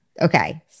Okay